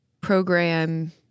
program